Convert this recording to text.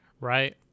right